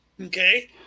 okay